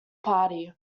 party